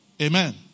Amen